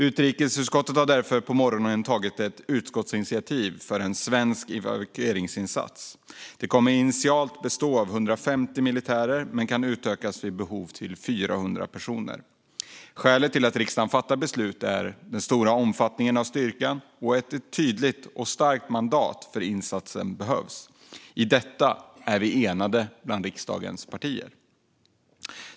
Utrikesutskottet har på morgonen tagit ett utskottsinitiativ för en svensk evakueringsinsats. Den kommer initialt att bestå av 150 militärer men kan utökas vid behov till 400 personer. Skälet till att riksdagen fattar beslutet är den stora omfattningen av styrkan och att ett tydligt och starkt mandat för insatsen behövs. I detta är vi enade bland riksdagens partier.